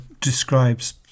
describes